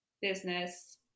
business